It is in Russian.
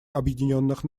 объединенных